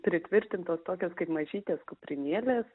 pritvirtintos tokios kaip mažytės kuprinėlės